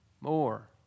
more